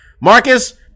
Marcus